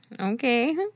Okay